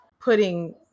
putting